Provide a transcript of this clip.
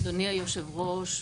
אדוני היושב-ראש,